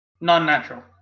Non-natural